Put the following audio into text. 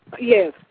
Yes